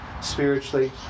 spiritually